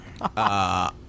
Uh-